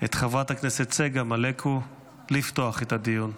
את חברת הכנסת צגה מלקו לפתוח את הדיון.